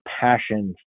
passion